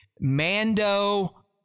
Mando